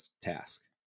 task